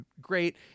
great